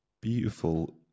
beautiful